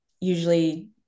usually